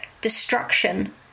destruction